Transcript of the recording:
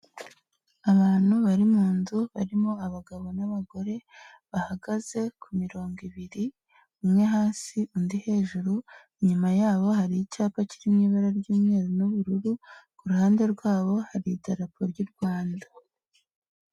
Abantu bari mu nzu barimo abagabo n'abagore bahagaze ku mirongo ibiri, umwe hasi, undi hejuru, inyuma yabo hari icyapa kiri mu ibara ry'umweru n'ubururu, ku ruhande rwabo hari idarapo ry'u Rwanda.